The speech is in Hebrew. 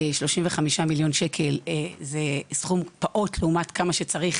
35 מיליון שקל זה סכום פעוט לעומת כמה שצריך